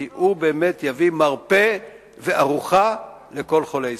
כי הוא באמת יביא מרפא וארוכה לכל חולי ישראל.